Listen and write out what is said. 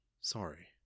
Sorry